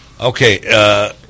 Okay